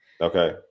Okay